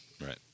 Right